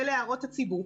הקיימים.